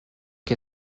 que